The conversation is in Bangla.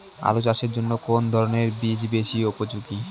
আলু চাষের জন্য কোন ধরণের বীজ বেশি উপযোগী?